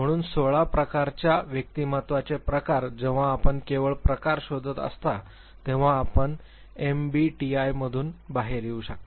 म्हणून 16 प्रकारच्या प्रकारच्या व्यक्तिमत्त्वाचे प्रकार जेव्हा आपण केवळ प्रकार शोधत असता तेव्हा आपण एमबीटीआयमधून बाहेर येऊ शकता